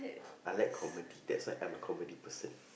I like comedy that's why I'm a comedy person